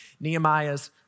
Nehemiah's